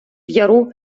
яру